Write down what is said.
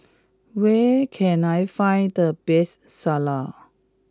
where can I find the best Salad